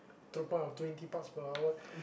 to the point of twenty bucks per hour